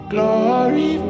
Glory